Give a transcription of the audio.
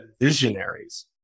visionaries